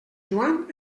joan